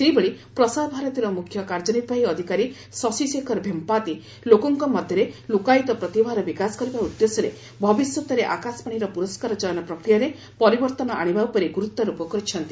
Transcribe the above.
ସେହିଭଳି ପ୍ରସାରଭାରତୀର ମୁଖ୍ୟ କାର୍ଯ୍ୟନିର୍ବାହୀ ଅଧିକାରୀ ଶଶି ଶେଖର ଭେମ୍ପାତି ଲୋକଙ୍କ ମଧ୍ୟରେ ଲୁକ୍କାୟିତ ପ୍ରତିଭାର ବିକାଶ କରିବା ଉଦ୍ଦେଶ୍ୟରେ ଭବିଷ୍ୟତରେ ଆକାଶବାଣୀର ପୁରସ୍କାର ଚୟନ ପ୍ରକ୍ରିୟାରେ ପରିବର୍ତ୍ତନ ଆଣିବା ଉପରେ ଗୁରୁତ୍ୱାରୋପ କରିଛନ୍ତି